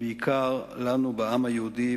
בעיקר לנו בעם היהודי,